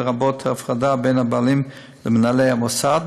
לרבות הפרדה בין הבעלים למנהלי המוסד,